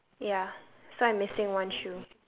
ya so I'm missing one shoe